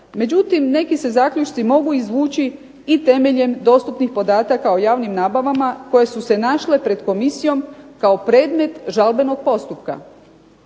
Međutim, neki se zaključci mogu izvući i temeljem dostupnih podataka o javnim nabavama koje su se našle pred komisijom kao predmet žalbenog postupka.